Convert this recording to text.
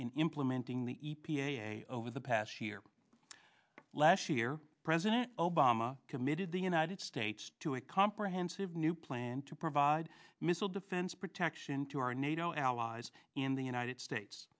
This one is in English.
in implementing the e p a over the past year last year president obama committed the united states to a comprehensive new plan to provide missile defense protection to our nato allies in the united states